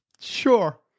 sure